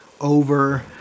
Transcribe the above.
over